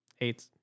eight